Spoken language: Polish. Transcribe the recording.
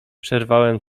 przerwałem